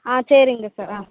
ஆ சரிங்க சார் ஆ